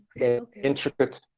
intricate